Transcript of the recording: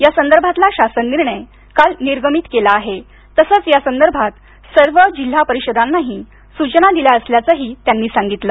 यासंदर्भातला शासन निर्णय काल निर्गमित केला आहे तसंच यासंदर्भात सर्व जिल्हा परिषदांनाही सूचना दिल्या असल्याचंही त्यांनी सांगितलं